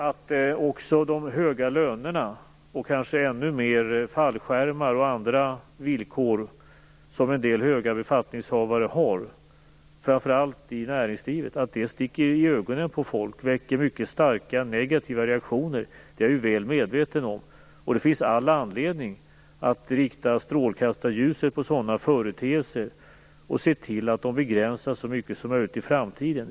Att också de höga lönerna och kanske ännu mera fallskärmar och andra villkor som en del höga befattningshavare framför allt i näringslivet har sticker i ögonen på folk och väcker mycket starka negativa reaktioner är jag mycket väl medveten om. Det finns all anledning att rikta strålkastarljuset på sådana företeelser och se till att de begränsas så mycket som möjligt i framtiden.